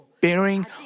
bearing